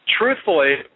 truthfully